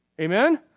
Amen